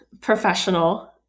professional